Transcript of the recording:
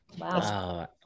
Wow